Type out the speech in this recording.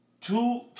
two